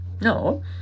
No